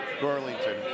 Burlington